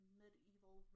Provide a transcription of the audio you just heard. medieval